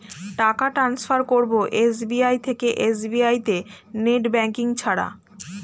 টাকা টান্সফার করব এস.বি.আই থেকে এস.বি.আই তে নেট ব্যাঙ্কিং ছাড়া?